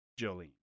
Jolene